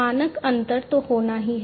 मानक अंतर तो होना ही है